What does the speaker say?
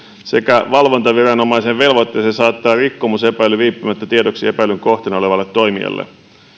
sekä valvontaviranomaisen velvoitteeseen saattaa rikkomusepäily viipymättä tiedoksi epäilyn kohteena olevalle toimijalle